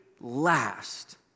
last